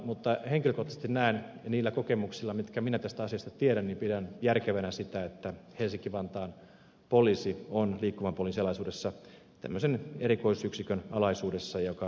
mutta henkilökohtaisesti näen niillä kokemuksilla joita minulla tästä asiasta on että pidän järkevänä sitä että helsinki vantaan poliisi on liikkuvan poliisin alaisuudessa tämmöisen erikoisyksikön alaisuudessa joka on valtakunnallinen